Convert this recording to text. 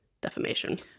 defamation